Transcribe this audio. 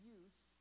use